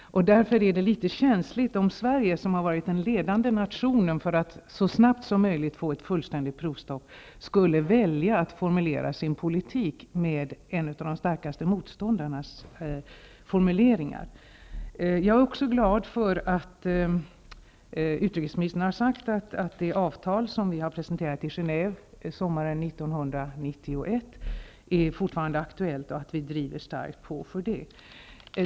Därför är det litet känsligt om Sverige, som har varit den ledande nationen för att så snabbt som möjligt få ett fullständigt provstopp, skulle välja att formulera sin politik med en av de starkaste motståndarnas formuleringar. Jag är också glad för att utrikesministern har sagt att det avtal som vi presenterade i Genève sommaren 1991 fortfarande är aktuellt, och att vi driver på starkt för det.